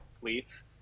fleets